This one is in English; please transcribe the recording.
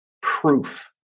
proof